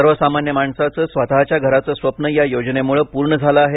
सर्वसामान्य माणसाचं स्वतःच्या घराचं स्वप्न या योजनेमुळे पूर्ण झालं आहे